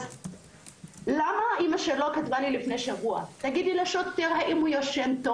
אז למה אימא שלו כתבה לי לפני שבוע: תגידי לשוטר האם הוא ישן טוב,